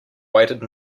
waited